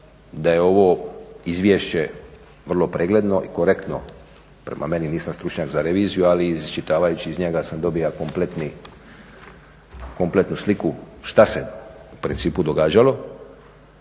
da je ovo izvješće vrlo pregledno i korektno, prema meni, nisam stručnjak za reviziju ali iščitavajući iz njega sam dobio kompletnu sliku što se u principu događalo.